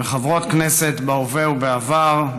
וחברות כנסת בהווה ובעבר,